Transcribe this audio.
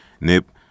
Nip